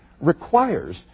requires